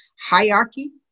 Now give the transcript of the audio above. hierarchy